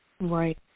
right